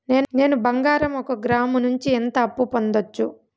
నేను బంగారం ఒక గ్రాము నుంచి ఎంత అప్పు పొందొచ్చు